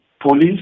police